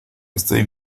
estoy